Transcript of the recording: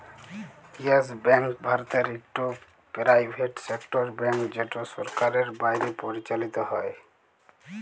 yes Bank ভারতের ইকট private sector bank যেট সরকারের বাইরে পরিচালিত হ্যয়